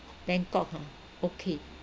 bangkok ha okay